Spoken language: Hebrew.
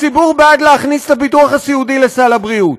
הציבור בעד להכניס את הביטוח הסיעודי לסל הבריאות.